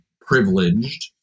privileged